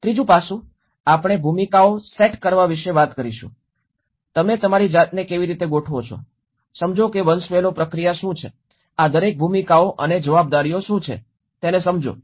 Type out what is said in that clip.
ત્રીજું પાસું આપણે ભૂમિકાઓ સેટ કરવા વિશે વાત કરીશું તમે તમારી જાતને કેવી રીતે ગોઠવો છો સમજો કે વંશવેલો પ્રક્રિયા શું છે આ દરેક ભૂમિકાઓ અને જવાબદારીઓ શું છે તે સમજો